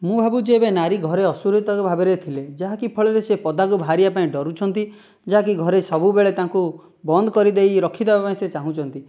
ମୁଁ ଭାବୁଛି ଏବେ ନାରୀ ଘରେ ଅସୁରକ୍ଷିତ ଭାବରେ ଥିଲେ ଯାହାକି ଫଳରେ ସେ ପଦାକୁ ବାହାରିବା ପାଇଁ ଡରୁଛନ୍ତି ଯାହା କି ଘରେ ସବୁବେଳେ ତାଙ୍କୁ ବନ୍ଦ କରି ଦେଇ ରଖିଦେବା ପାଇଁ ସେ ଚାହୁଁଛନ୍ତି